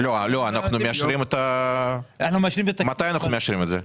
מתי אנחנו מאשרים את זה?